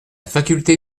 faculté